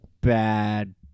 bad